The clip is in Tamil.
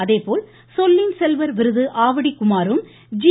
அதேபோல் சொல்லின் செல்வர் விருது ஆவடி குமாரும் ஜி